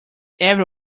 every